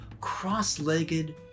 cross-legged